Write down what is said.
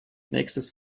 nächstes